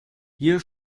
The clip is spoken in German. hier